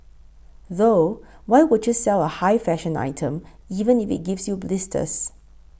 though why would you sell a high fashion item even if it gives you blisters